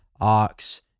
ox